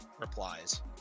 replies